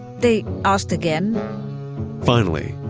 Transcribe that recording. they asked again finally,